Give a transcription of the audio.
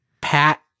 Pat